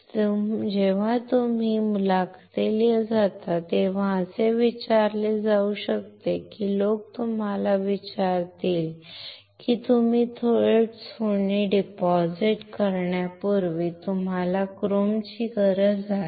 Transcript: तुम्ही जेव्हा मुलाखतीला जाता तेव्हा असे विचारले जाऊ शकते आणि हे लोक तुम्हाला विचारतील की तुम्ही सोने थेट जमा करण्यापूर्वी तुम्हाला क्रोमची गरज का आहे